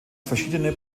verschiedene